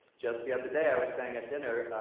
just the other day, i was saying at dinner,